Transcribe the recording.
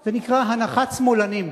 זה נקרא הנחת שמאלנים.